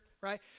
right